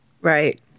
Right